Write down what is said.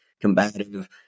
combative